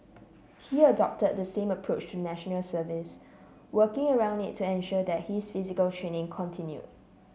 he adopted the same approach to National Service working around it to ensure that his physical training continue